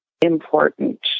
important